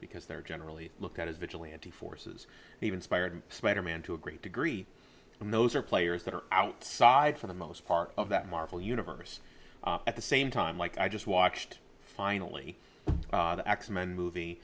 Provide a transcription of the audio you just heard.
because they're generally looked at as vigilante forces they've inspired spider man to a great degree and those are players that are outside for the most part of that marvel universe at the same time like i just watched finally the x men movie